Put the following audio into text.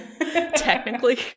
Technically